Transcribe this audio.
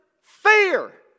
fair